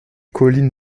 collines